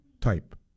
type